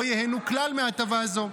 לא ייהנו כלל מהטבה זו,